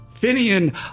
Finian